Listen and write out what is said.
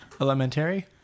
Elementary